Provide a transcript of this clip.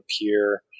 appear